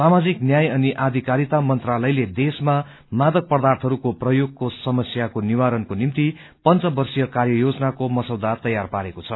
सामाजिक न्याय अधिकारिता मंत्रालयले देशमा मादक पर्दाथहरूको प्रयोगको समस्याको निवारणको निम्ति पंचवर्षीय कार्ययोजनाको मसौदा तैयार पारेको छ